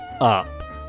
up